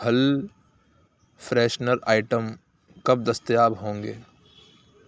پھل freshener item کب دستیاب ہوں گے